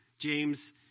James